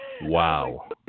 Wow